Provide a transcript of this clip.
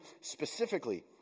specifically